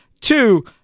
Two